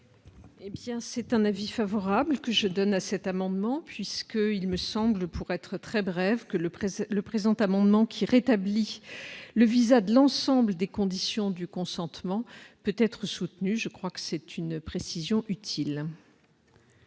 c'est un avis favorable que je donne à cet amendement, puisque il me semble, pour être très bref, que le président le présent amendement qui rétablit le VISA de l'ensemble des conditions du consentement peut être soutenu, je crois que c'est une précision utile.